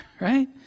right